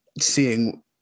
seeing